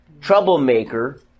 troublemaker